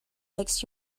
makes